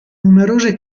numerose